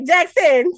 Jackson